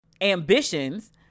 ambitions